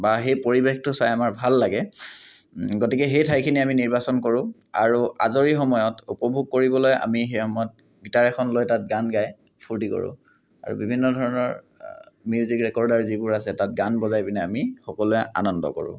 বা সেই পৰিৱেশটো চাই আমাৰ ভাল লাগে গতিকে সেই ঠাইখিনি আমি নিৰ্বাচন কৰোঁ আৰু আজৰি সময়ত উপভোগ কৰিবলৈ আমি সেই সময়ত গীটাৰ এখন লৈ তাত গান গাই ফূৰ্তি কৰোঁ আৰু বিভিন্ন ধৰণৰ মিউজিক ৰেকৰ্ডাৰ যিবোৰ আছে তাত গান বজাই পিনে আমি সকলোৱে আনন্দ কৰোঁ